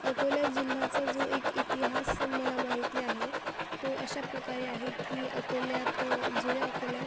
अकोल्या जिल्ह्याचा जो एक इतिहास मला माहिती आहे तो अशा प्रकारे आहे की अकोल्यात जुन्या अकोल्यात